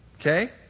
Okay